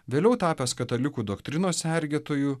vėliau tapęs katalikų doktrinos sergėtoju